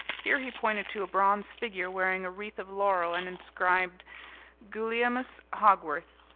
here he pointed to a bronze figure wearing a wreath of laurel and inscribed guliemus hogworth,